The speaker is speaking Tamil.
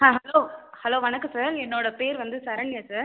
ஆ ஹலோ ஹலோ வணக்கம் சார் என்னோடய பேர் வந்து சரண்யா சார்